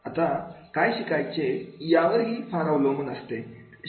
आता काय शिकायचे यावर ही फार अवलंबून असते